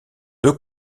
deux